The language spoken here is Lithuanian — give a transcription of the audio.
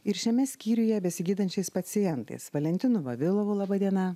ir šiame skyriuje besigydančiais pacientais valentinu vavilovu laba diena